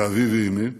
ואבי ואמי,